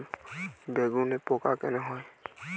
বেগুনে পোকা কেন হয়?